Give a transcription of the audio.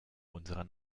unserer